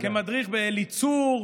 כמדריך באליצור,